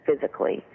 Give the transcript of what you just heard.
physically